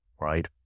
Right